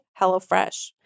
HelloFresh